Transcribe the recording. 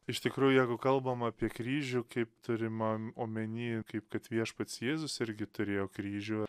iš tikrųjų jeigu kalbam apie kryžių kaip turimam omeny kaip kad viešpats jėzus irgi turėjo kryžių